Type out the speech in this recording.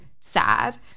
sad